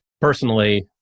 personally